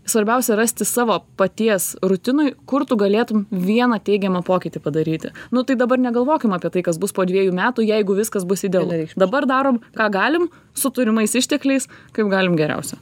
svarbiausia rasti savo paties rutinoj kur tu galėtum vieną teigiamą pokytį padaryti nu tai dabar negalvokim apie tai kas bus po dviejų metų jeigu viskas bus idealu dabar darom ką galim su turimais ištekliais kaip galim geriausio